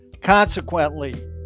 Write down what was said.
Consequently